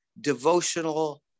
devotional